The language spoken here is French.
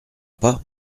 pas